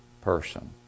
person